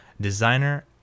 designer